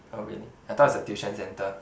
oh really I thought it's a tuition centre